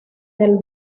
del